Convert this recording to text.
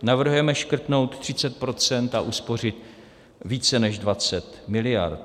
Navrhujeme škrtnout 30 % a uspořit více než 20 miliard.